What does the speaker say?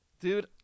Dude